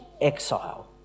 exile